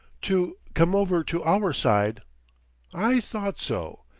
to come over to our side i thought so.